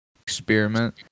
experiment